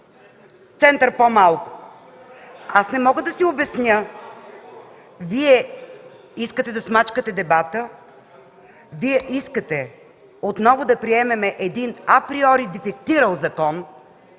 център – по-малко?! Не мога да си обясня – Вие искате да смачкате дебата, Вие искате отново да приемем един априори дефектирал закон,